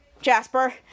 Jasper